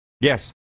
Yes